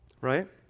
Right